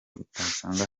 utasanga